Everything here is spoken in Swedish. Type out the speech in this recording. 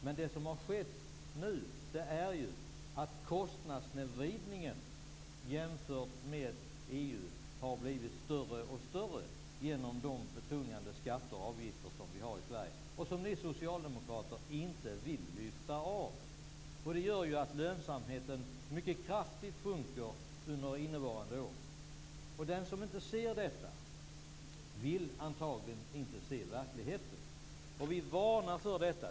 Men det som har skett nu är ju att kostnadssnedvridningen jämfört med EU har blivit större och större, genom de betungande skatter och avgifter som vi har i Sverige och som ni socialdemokrater inte vill lyfta av. Det gör att lönsamheten sjunker mycket kraftigt under innevarande år. Den som inte ser detta vill antagligen inte se verkligheten. Vi varnar för detta.